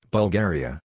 Bulgaria